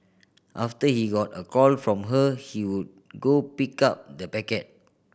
after he got a call from her he would go pick up the packet